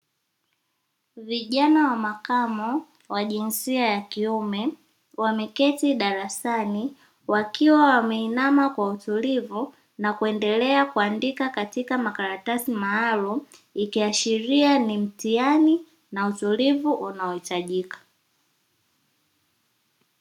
Vijana wa makamo wa jinsia ya kiume wameketi darasani wakiwa wameinama kw autulivu, na kuendelea kuandika katika makaratasi maalumu ikiashiria ni mtihani, na utulivu unahitajika.